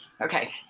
Okay